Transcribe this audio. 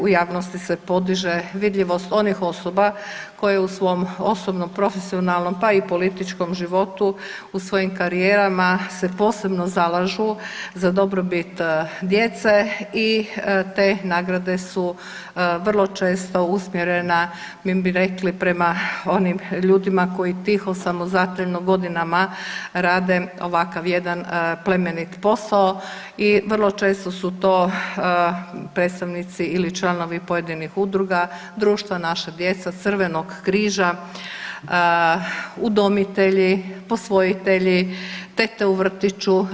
U javnosti se podiže vidljivost onih osoba koje u svom osobnom, profesionalnom pa i političkom životu, u svojim karijerama se posebno zalažu za dobrobit djece i te nagrade su vrlo često usmjerene mi bi rekli prema onim ljudima koji tiho, samozatajno godinama rade ovakav jedan plemenit posao i vrlo često su to predstavnici ili članovi pojedinih udruga, Društva Naša djeca, Crvenog križa, udomitelji, posvojitelji, tete u vrtiću.